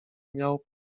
miał